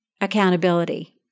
accountability